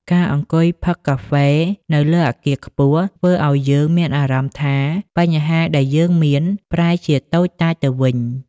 ការអង្គុយផឹកកាហ្វេនៅលើអគារខ្ពស់ ធ្វើឱ្យយើងមានអារម្មណ៍ថាបញ្ហាដែលយើងមានប្រែជាតូចតាចទៅវិញ។